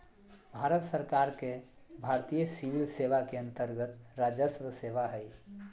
भारत सरकार के भारतीय सिविल सेवा के अन्तर्गत्त राजस्व सेवा हइ